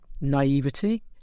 naivety